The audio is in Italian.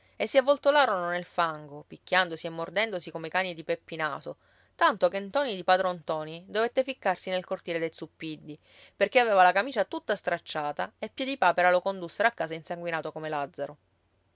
e si avvoltolarono nel fango picchiandosi e mordendosi come i cani di peppi naso tanto che ntoni di padron ntoni dovette ficcarsi nel cortile dei zuppiddi perché aveva la camicia tutta stracciata e piedipapera lo condussero a casa insanguinato come